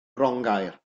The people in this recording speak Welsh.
grongaer